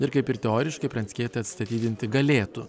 ir kaip ir teoriškai pranckietį atstatydinti galėtų